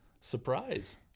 surprise